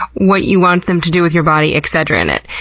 what you want them to do with your body, etc. in it.